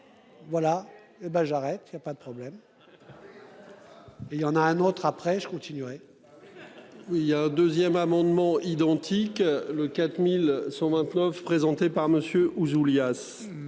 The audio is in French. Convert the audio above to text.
et ben j'arrête. Il y a pas de problème. Il y en a un autre après je continuerai. Oui il y a un 2ème amendements identiques, le 4129 présenté par Monsieur Ouzoulias.